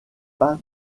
pas